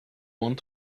want